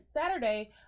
Saturday